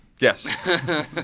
Yes